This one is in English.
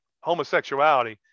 homosexuality